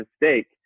mistake